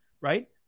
right